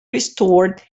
restored